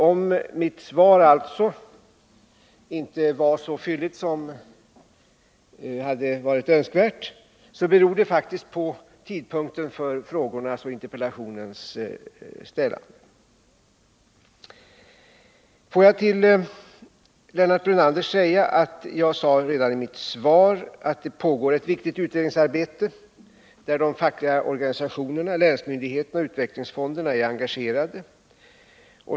Om mitt svar alltså inte var så fylligt som hade varit önskvärt beror det faktiskt på att frågan och interpellationerna ställdes vid denna tidpunkt. Får jag till Lennart Brunander säga, att jag sade redan i mitt svar att det pågår ett viktigt utredningsarbete, där de fackliga organisationerna, länsmyndigheterna och utvecklingsfonden är engagerade.